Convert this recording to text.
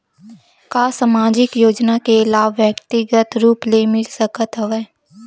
का सामाजिक योजना के लाभ व्यक्तिगत रूप ले मिल सकत हवय?